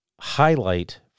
highlight